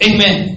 Amen